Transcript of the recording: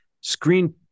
screen